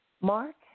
Mark